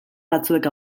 batzuek